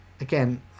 again